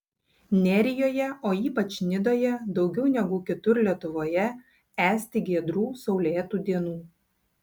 nerijoje o ypač nidoje daugiau negu kitur lietuvoje esti giedrų saulėtų dienų